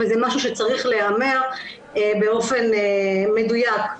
וזה משהו שצריך להיאמר באופן מדויק.